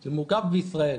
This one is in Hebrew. זה מורכב בישראל,